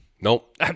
Nope